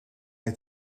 het